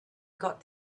got